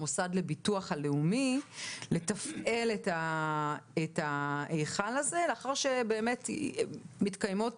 המוסד לביטוח לאומי לתפעל את ההיכל הזה לאחר שבאמת מתקיימות